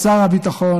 שר הביטחון,